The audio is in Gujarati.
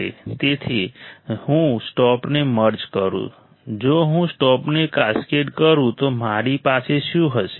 તેથી જો હું સ્ટોપને મર્જ કરું જો હું સ્ટોપને કાસ્કેડ કરું તો મારી પાસે શું હશે